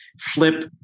flip